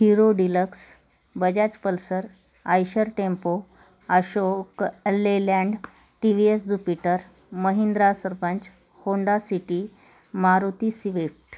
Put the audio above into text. hero deluxe Bajaj Pulsar Eicher tempo Ashok Leyland T V S Jupiter Mahindra sarpanch Honda City Maruti civet